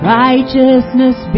righteousness